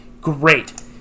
great